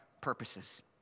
purposes